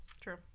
True